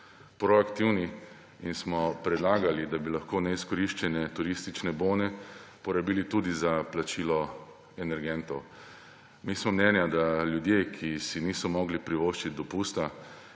proaktivni in smo predlagali, da bi lahko neizkoriščene turistične bone porabili tudi za plačilo energentov. Mi smo mnenja, da ljudje, ki si niso mogli privoščit dopusta,